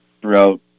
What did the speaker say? throughout